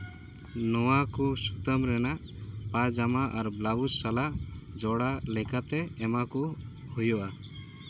ᱱᱚᱣᱟ ᱠᱚ ᱥᱩᱛᱟᱹᱢ ᱨᱮᱱᱟᱜ ᱯᱟᱡᱟᱢᱟ ᱟᱨ ᱵᱞᱟᱣᱩᱡᱽ ᱥᱟᱞᱟᱜ ᱡᱚᱲᱟᱜ ᱞᱮᱠᱟᱛᱮ ᱮᱢᱟᱠᱚ ᱦᱩᱭᱩᱜᱼᱟ